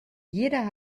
jeder